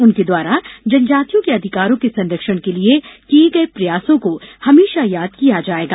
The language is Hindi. उनके द्वारा जनजातियों के अधिकारों के संरक्षण के लिये किये गये प्रयासों को हमेशा याद किया जाएगा